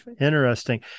interesting